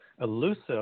elusive